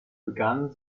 begann